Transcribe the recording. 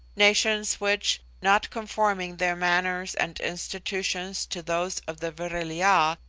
nations which, not conforming their manners and institutions to those of the vril-ya,